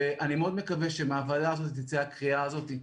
ואני מאוד מקווה שמהוועדה הזאת תצא הקריאה הזאת.